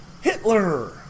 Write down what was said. Hitler